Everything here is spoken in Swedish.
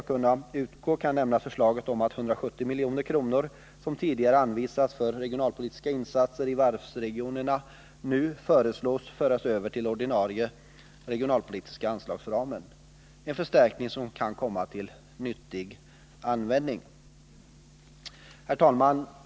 Nr 164 kunna utgå, kan nämnas förslaget om att 170 milj.kr., som tidigare anvisats Torsdagen den för regionalpolitiska insatser i varvsregionerna, nu skall föras över till den 5 juni 1980 ordinarie regionalpolitiska anslagsramen — en förstärkning som kan komma till nytta. Herr talman!